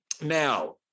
now